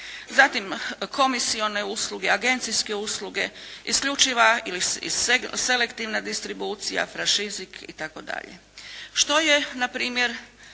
Zatim, komisione usluge, agencijske usluge, isključiva ili selektivna distribucija, franšizik itd. Što je na primjer